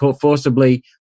forcibly